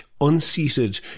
Unseated